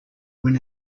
when